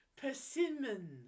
persimmon